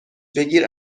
بگیر